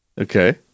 Okay